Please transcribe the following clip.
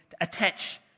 attach